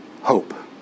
hope